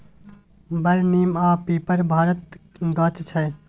बर, नीम आ पीपर भारतक गाछ छै